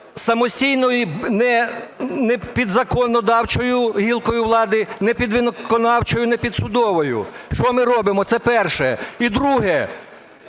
самостійно, не під законодавчою гілкою влади, не під виконавчою, не під судовою. Що ми робимо? Це перше. І друге.